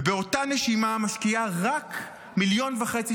ובאותה נשימה משקיעה רק מיליון וחצי